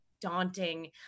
daunting